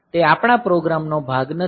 તે આપણાં પ્રોગ્રામ નો ભાગ નથી